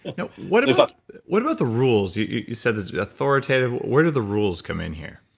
and now, what about what about the rules? you you said it's authoritative, where do the rules come in here?